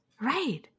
right